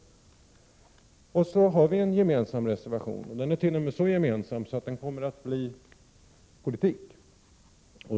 Vi har därmed en gemensam reservation. Den är så gemensam att den kommer att bli politisk.